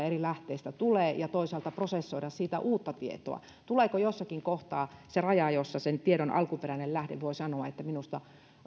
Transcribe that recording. eri lähteistä tulee ja toisaalta prosessoida sitä uutta tietoa tuleeko jossakin kohtaa se raja jossa tiedon alkuperäinen lähde voi sanoa että